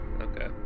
Okay